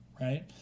right